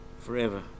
forever